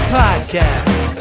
podcast